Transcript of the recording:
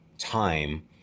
time